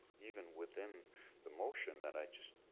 even within the motion. that i just